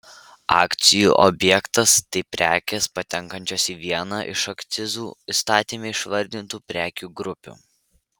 akcizų objektas tai prekės patenkančios į vieną iš akcizų įstatyme išvardintų prekių grupių